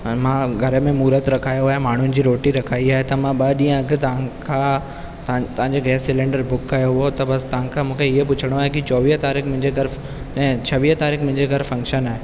हाणे मां घर में मुहरत रखायो आहे माण्हुनि जी रोटी रखाई आहे त मां ॿ ॾींहं अॻु तव्हांखां तव्हांजे गैस सिलेंडर बुक कयो हुओ त बसि तव्हांखां मूंखे इहो पुछिणो आहे की चोवीह तारीख़ मुंहिंजे घरु ऐं छवीह तारीख़ मुंहिंजे घरु फंक्शन आहे